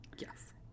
Yes